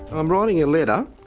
i'm writing a letter